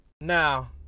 now